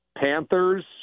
Panthers